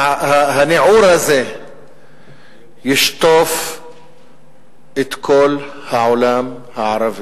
שהניעור הזה ישטוף את כל העולם הערבי,